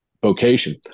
vocation